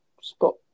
spot